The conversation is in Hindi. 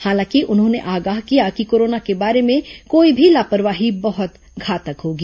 हालांकि उन्होंने आगाह किया कि कोरोना के बारे में कोई भी लापरवाही बहुत घातक होगी